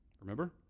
Remember